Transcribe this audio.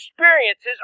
experiences